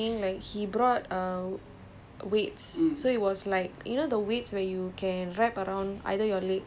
and like on a normal day I still feel like it is lah then but then the I remember there was one training like he brought err